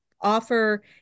offer